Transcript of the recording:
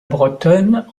bretonne